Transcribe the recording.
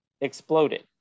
exploded